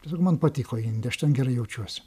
tiesiog man patiko indija aš ten gerai jaučiuosi